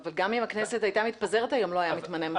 גם אם הכנסת הייתה מתפזרת היום לא היה מתמנה מפכ"ל.